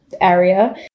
area